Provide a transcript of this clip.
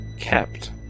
Kept